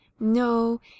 No